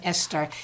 Esther